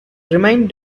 remained